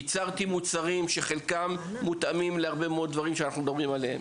ייצרתי מוצרים שחלקם מותאמים להרבה מאוד דברים שאנחנו מדברים עליהם,